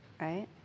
right